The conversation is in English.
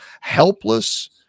helpless